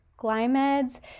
Glymed's